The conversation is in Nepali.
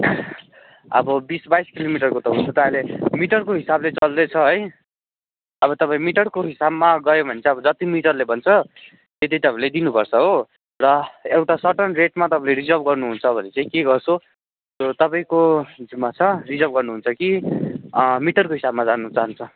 अब बिस बाइस किलोमिटरको हुन त अहिले मिटरको हिसाबले चल्दैछ है अब तपाईँ मिटरको हिसाबमा गयो भने चाहिँ जति मिटरले भन्छ त्यति तपाईँले दिनुपर्छ हो र एउटा सर्टेन रेटमा तपाईँले रिजर्भ गर्नुहुन्छ भने चाहिँ के गर्छु तपाईँको उसमा छ रिजर्भ गर्नुहुन्छ कि मिटारको हिसाबमा जान चाहन्छ